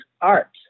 art